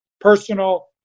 Personal